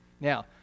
now